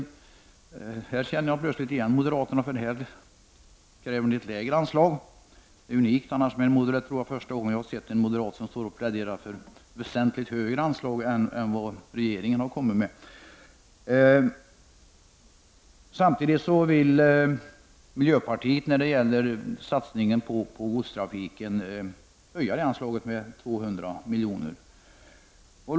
I detta sammanhang känner jag plötsligt igen moderaterna, eftersom de kräver ett lägre anslag. Jag tror nämligen att det är första gången som jag har sett en moderat som har pläderat för väsentligt högre anslag än regeringen har föreslagit. Samtidigt vill miljöpartiet höja anslaget när det gäller godstrafiken med 200 milj.kr.